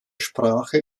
sprache